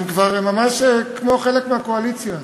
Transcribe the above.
אתם כבר ממש כמו חלק מהקואליציה.